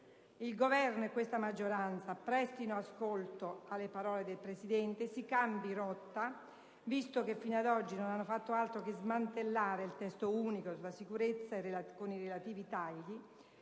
Il Governo e questa maggioranza prestino ascolto alle parole del Presidente e si cambi rotta, visto che fino ad oggi non hanno fatto altro che smantellare il Testo unico sulla sicurezza con i relativi tagli,